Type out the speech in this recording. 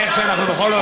איך אנחנו בכל אופן,